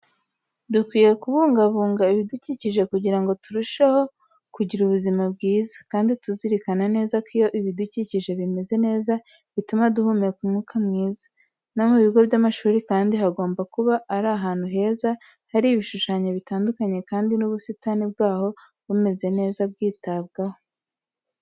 Dukwiye kubungabunga ibidukikije kugira ngo turusheho kugira ubuzima bwiza, kandi tuzirikana neza ko iyo ibidukikijwe bimeze neza bituma duhumeka umwuka mwiza. No mu bigo by'amashuri kandi hagomba kuba ari ahantu heza, hari ibishushanyo bitandukanye kandi n'ubusitani bwaho bumeze neza bwitabwaho.